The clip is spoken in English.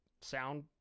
sound